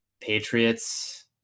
Patriots